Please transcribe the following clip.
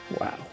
Wow